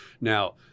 Now